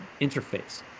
interface